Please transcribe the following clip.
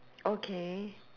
okay